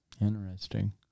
Interesting